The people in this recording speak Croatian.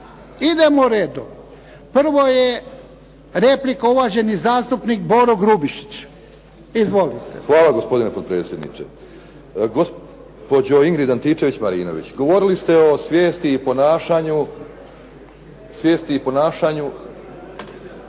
Idemo redom. Prvo je replika uvaženi zastupnik Boro Grubišić. Izvolite. **Grubišić, Boro (HDSSB)** Hvala gospodine potpredsjedniče. Gospođo Ingrid Antičević Marinović, govorili ste o svijesti i ponašanju tajkuna, poslodavaca